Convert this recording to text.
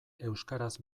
euskaraz